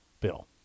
Bill